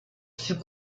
fut